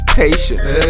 patience